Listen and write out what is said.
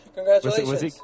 Congratulations